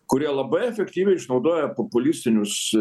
kurie labai efektyviai išnaudoja populistinius